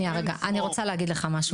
אני רוצה להגיד לך משהו,